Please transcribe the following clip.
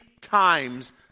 times